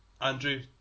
Andrew